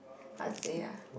how to say ah